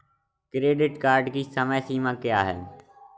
Credit card की समय सीमा क्या है?